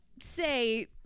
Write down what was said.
say